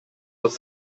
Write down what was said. was